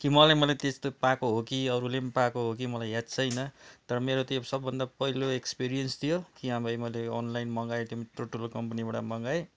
कि मलाई मात्रै त्यस्तो पाएको हो कि अरूले पनि पाएको हो कि मलाई याद छैन तर मेरो त्यो सबभन्दा पहिलो एक्सपिरियन्स थियो कि हाँ भाइ मैले अनलाइन मगाएँ त्यो पनि ठुल्ठुलो कम्पनीबाट मगाएँ